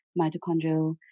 mitochondrial